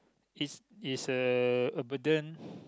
this is a burden